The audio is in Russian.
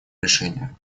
решения